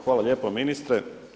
Hvala lijepo ministre.